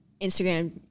Instagram